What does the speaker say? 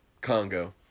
congo